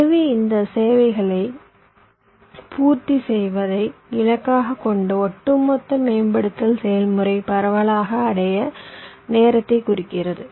எனவே இந்த தேவைகளைப் பூர்த்தி செய்வதை இலக்காகக் கொண்ட ஒட்டுமொத்த மேம்படுத்தல் செயல்முறை பரவலாக அடைவு நேரத்தை குறிக்கிறது